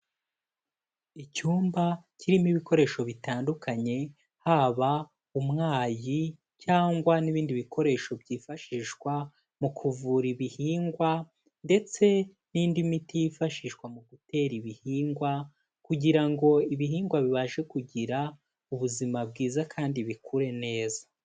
Icyumba kirimo ibikoresho bitandukanye, haba umwayi cyangwa n'ibindi bikoresho byifashishwa mu kuvura ibihingwa ndetse n'indi miti yifashishwa mu gutera ibihingwa kugira ngo ibihingwa bibashe kugira ubuzima bwiza kandi bikure neza.